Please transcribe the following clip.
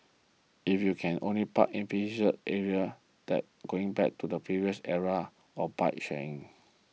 if you can only park in area then going back to the previous era of bike sharing